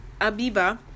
Abiba